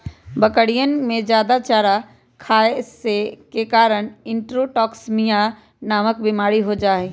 बकरियन में जादा हरा चारा खाये के कारण इंट्रोटॉक्सिमिया नामक बिमारी हो जाहई